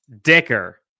Dicker